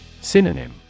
Synonym